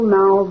now